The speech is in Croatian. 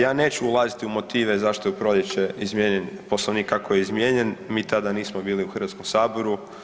Ja neću ulaziti u motive zašto je u proljeće izmijenjen Poslovnik kako je izmijenjen, mi tada nismo bili u Hrvatskome saboru.